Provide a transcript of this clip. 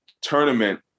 tournament